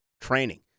Training